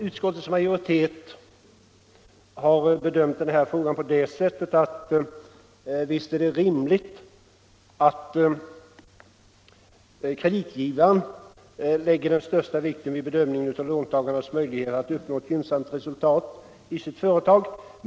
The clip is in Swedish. Utskottets majoritet har bedömt den frågan så, att visst är det rimligt att kreditgivaren vid bedömningen lägger den största vikten vid låntagares möjlighet att uppnå ett gynnsamt resultat i sitt företag.